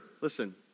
Listen